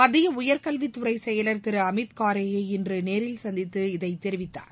மத்தியஉயர் கல்வித்துறைசெயலர் திருஅமித் கரே ஐ இன்றுநேரில் சந்தித்து இதைதெரிவித்தார்